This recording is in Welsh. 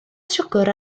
siwgr